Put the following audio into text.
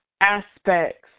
aspects